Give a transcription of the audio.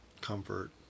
comfort